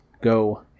go